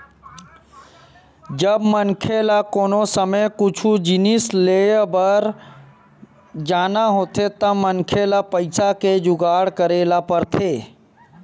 जब मनखे ल कोनो समे कुछु जिनिस लेय बर पर जाना होथे त मनखे ल पइसा के जुगाड़ करे ल परथे